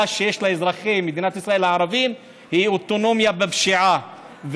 שיש לאזרחי מדינת ישראל הערבים היא אוטונומיה בפשיעה.